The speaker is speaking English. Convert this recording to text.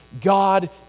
God